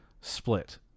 split